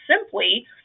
simply